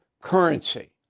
currency